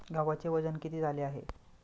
गव्हाचे वजन किती झाले आहे?